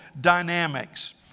dynamics